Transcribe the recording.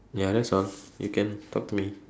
ya that's all you can talk to me